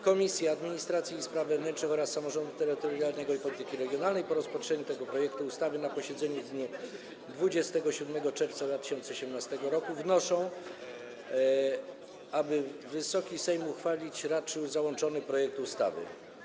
Komisje: Administracji i Spraw Wewnętrznych oraz Samorządu Terytorialnego i Polityki Regionalnej po rozpatrzeniu tego projektu ustawy na posiedzeniu w dniu 27 czerwca 2018 r. wnoszą, aby Wysoki Sejm uchwalić raczył załączony projekt ustawy.